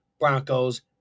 Broncos